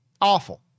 Awful